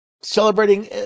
Celebrating